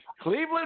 Cleveland